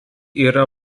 yra